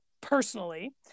personally